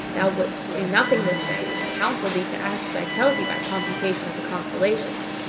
thou wouldst do nothing this day, and i counsel thee to act as i tell thee by computation of the constellations.